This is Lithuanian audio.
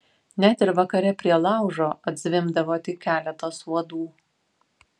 net ir vakare prie laužo atzvimbdavo tik keletas uodų